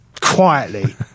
quietly